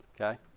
okay